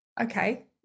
okay